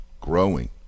growing